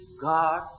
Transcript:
God